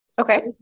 Okay